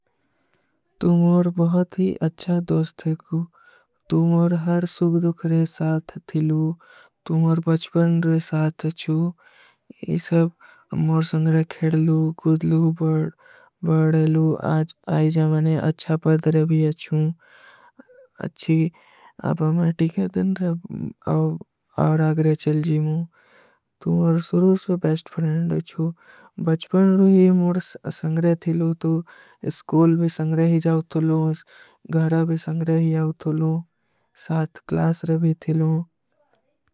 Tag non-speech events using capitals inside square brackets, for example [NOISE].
ତୁମ୍ହୋର ବହୁତ ହୀ ଅଚ୍ଛା ଦୋସ୍ତେ କୁଛ। ତୁମ୍ହୋର ହର ସୁଖ ଦୁଖରେ ସାଥ ଥିଲୂ। ତୁମ୍ହୋର ବଚ୍ପନରେ ସାଥ ଚୂ। ଯେ ସବ ମୋର ସଂଗରେ ଖେଡଲୂ, କୁଦଲୂ, [HESITATION] ବଡଲୂ। ଆଜ ଆଈ ଜାମନେ ଅଚ୍ଛା [HESITATION] ପଦରେ ଭୀ ଅଚ୍ଛୂ। ଅଚ୍ଛୀ ଅବ ମୈଂ ଠୀକ ହୈ ଦିନ ରଭ ଆଵରାଗରେ ଚଲ ଜୀମୂ। ତୁମ୍ହୋର ସୁରୂସ ବେସ୍ଟ ଫରେଂଡ ଅଚ୍ଛୂ। ବଚ୍ପନରେ ମୋର ସଂଗରେ ଥିଲୂ। ସ୍କୋଲ ଭୀ ସଂଗରେ ହୀ ଜାଓ ଥୋ ଲୋ। ଘହରା ଭୀ ସଂଗରେ ହୀ ଆଓ ଥୋ ଲୋ। ସାଥ କ୍ଲାସ ରଭୀ ଥିଲୂ।